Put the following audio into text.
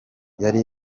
yari